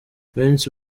benshi